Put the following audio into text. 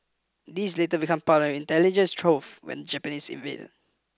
these later become part of an intelligence trove when the Japanese invaded